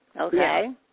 Okay